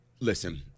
listen